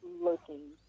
looking